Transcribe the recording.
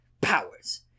Powers